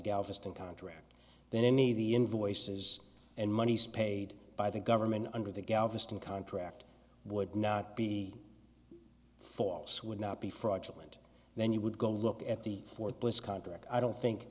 galveston contract then the the invoices and monies paid by the government under the galveston contract would not be false would not be fraudulent then you would go look at the fort bliss contract i don't think